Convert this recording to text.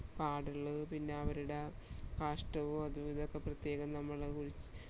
പാടുള്ളൂ പിന്നെ അവരുടെ കാഷ്ടവും അതും ഇതുമൊക്കെ പ്രത്യേകം നമ്മൾ കുഴിച്ച്